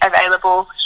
available